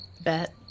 Bet